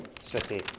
city